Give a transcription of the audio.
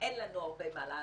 אין לנו הרבה מה לעשות,